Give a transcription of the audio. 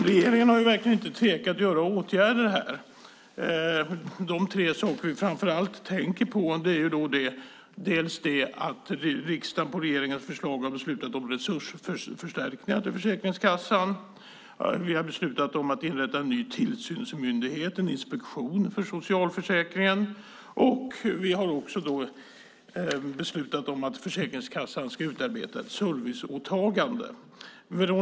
Regeringen har verkligen inte tvekat att vidta åtgärder här. De tre saker jag framför allt tänker på är dels att riksdagen på regeringens förslag har beslutat om resursförstärkningar till Försäkringskassan, dels att vi har beslutat att inrätta en ny tillsynsmyndighet, Inspektionen för socialförsäkringen, och dels att vi har beslutat att Försäkringskassan ska utarbeta ett serviceåtagande.